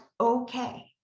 okay